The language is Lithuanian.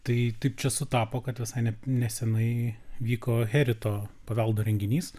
tai taip čia sutapo kad visai neseniai vyko herito paveldo renginys